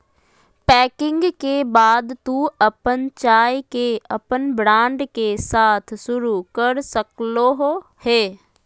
packing के बाद तू अपन चाय के अपन ब्रांड के साथ शुरू कर सक्ल्हो हें